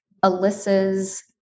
Alyssa's